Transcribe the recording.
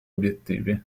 obiettivi